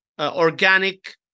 organic